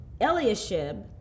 Eliashib